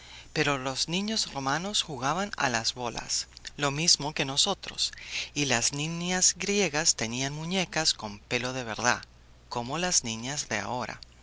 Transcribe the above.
pero los niños romanos jugaban a las bolas lo mismo que nosotros y las niñas griegas tenían muñecas con pelo de verdad como las niñas de ahora